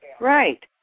Right